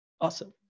awesome